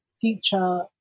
future